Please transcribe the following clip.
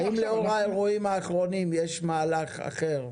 האם לאור האירועים האחרונים יש מהלך אחר,